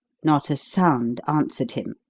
not a sound answered him,